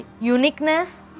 uniqueness